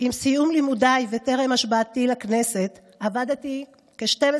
עם סיום לימודיי וטרם השבעתי לכנסת עבדתי במשך כ-12